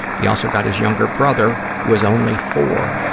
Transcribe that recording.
he also got his younger brother, who was only four,